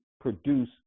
produce